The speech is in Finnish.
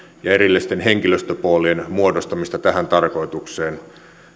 ja erillisten henkilöstöpoolien muodostamista tähän tarkoitukseen